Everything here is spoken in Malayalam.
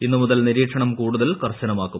ഇന്ന് മുതൽ നിരീക്ഷണം കൂടുതൽ കർശനമാക്കും